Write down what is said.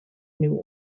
new